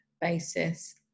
basis